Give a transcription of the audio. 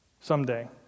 someday